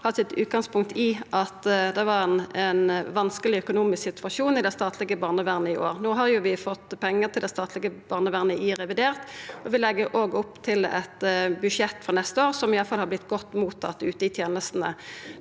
kan ha utgangspunkt i at det var ein vanskeleg økonomisk situasjon i det statlege barnevernet i år. No har vi fått pengar til det statlege barnevernet i revidert nasjonalbudsjett, og vi legg òg opp til eit budsjett for neste år som i alle fall har vorte godt mottatt ute i tenestene.